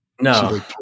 No